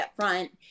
upfront